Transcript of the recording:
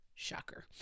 Shocker